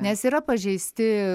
nes yra pažeisti